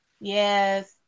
Yes